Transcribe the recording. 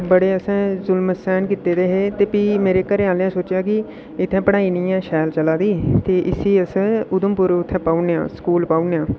बड़े असें जुल्म सैह्न कीते दे हे ते भी मेरे घरैआह्लें सोचेआ कि इत्थै पढ़ाई निं ऐ शैल चलै दी ते इसी अस उधमपुर उत्थै पाउड़नेआं स्कूल पाउड़नेआं